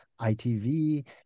ITV